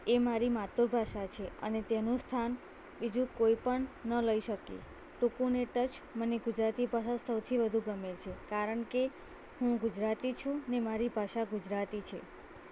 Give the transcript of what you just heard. એ મારી માતૃભાષા છે અને તેનું સ્થાન બીજું કોઈ પણ ન લઈ શકે ટૂંકુંને ટચ મને ગુજરાતી ભાષા સૌથી વધુ ગમે છે કારણ કે હું ગુજરાતી છું ને મારી ભાષા ગુજરાતી છે